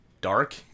dark